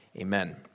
Amen